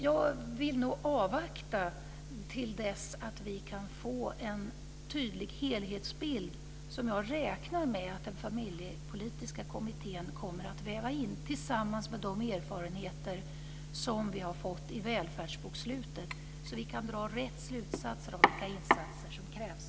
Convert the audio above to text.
Jag vill avvakta till dess att vi får den tydliga helhetsbild som jag räknar med att den familjepolitiska kommittén kommer att ge, sammanvävd med de erfarenheter som vi fått av välfärdsbokslutet. Då kan vi dra de rätta slutsatserna om vilka insatser som krävs.